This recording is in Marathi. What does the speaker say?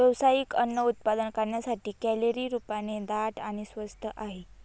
व्यावसायिक अन्न उत्पादन करण्यासाठी, कॅलरी रूपाने दाट आणि स्वस्त आहे